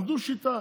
למדו שיטה,